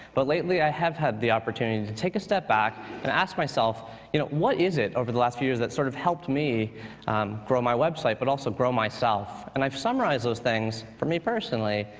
but lately i have had the opportunity to take a step back and ask myself you know what is it over the last few years that sort of helped me grow my website, but also grow myself? and i've summarized those things, for me personally,